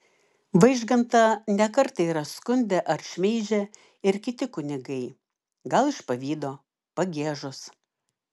vaižgantą ne kartą yra skundę ar šmeižę ir kiti kunigai gal iš pavydo pagiežos